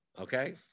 Okay